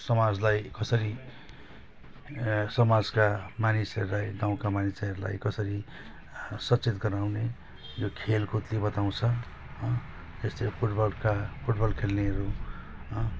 समाजलाई कसरी ए समाजका मानिसहरूलाई गाउँका मानिसहरूलाई कसरी सचेत गराउने यो खेलकुदले बताउँछ यस्तै फुटबलका फुटबल खेल्नेहरू हो